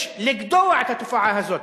יש לגדוע את התופעה הזאת.